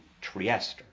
Trieste